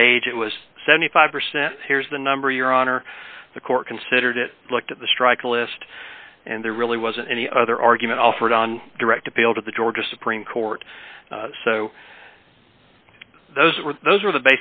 stage it was seventy five percent here's the number your honor the court considered it looked at the strike list and there really wasn't any other argument offered on direct appeal to the georgia supreme court so those were those are the